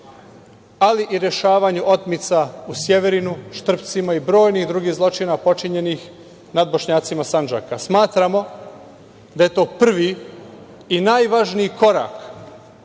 ali i rešavanju otmica u Sjeverinu, Štrpcima i brojnih drugih zločina počinjenih nad Bošnjacima Sandžaka. Smatramo da je to prvi i najvažniji korak